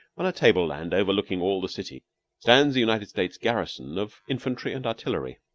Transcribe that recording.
on a table-land overlooking all the city stands the united states garrison of infantry and artillery.